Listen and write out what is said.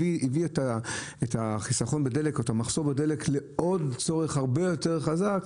הביאו את החיסכון בדלק לצורך הרבה יותר חזק.